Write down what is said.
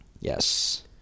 Yes